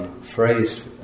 phrase